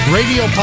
Radio